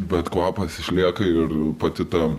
bet kvapas išlieka ir pati ta